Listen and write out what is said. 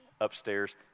upstairs